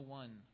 one